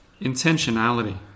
intentionality